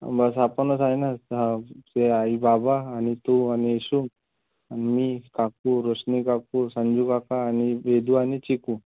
बस आपणच आहे ना साह ते आईबाबा आणि तू आणि इशू आणि मी काकू रोशनी काकू संजू काका आणि वेदू आणि चिकू